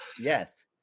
Yes